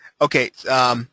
Okay